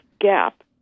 gap